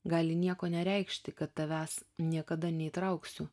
gali nieko nereikšti kad tavęs niekada neįtrauksiu